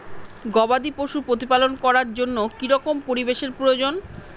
গবাদী পশু প্রতিপালন করার জন্য কি রকম পরিবেশের প্রয়োজন?